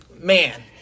man